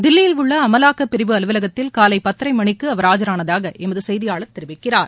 தில்லியில் உள்ள அமலாக்கப் பிரிவு அலுவலகத்தில் காலை பத்தரை மணிக்கு அவர் ஆஜரானதாக எமது செய்தியாளர் தெரிவிக்கிறார்